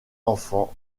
enfant